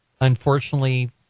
unfortunately